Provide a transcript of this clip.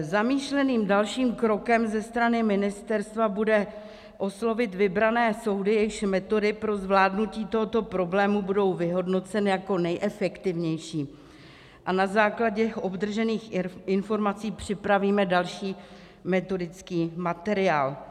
Zamýšleným dalším krokem ze strany ministerstva bude oslovit vybrané soudy, jejichž metody pro zvládnutí tohoto problému budou vyhodnoceny jako nejefektivnější, a na základě obdržených informací připravíme další metodický materiál.